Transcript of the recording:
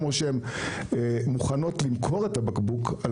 כמו שהן מוכנות למכור את הבקבוק על